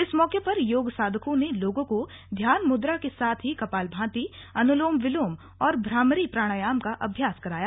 इस मौके पर योग साधकों ने लोगों को ध्यान मुद्रा के साथ ही कपालभाती अनुलोम विलोम और भ्रामरी प्राणायाम का अभ्यास कराया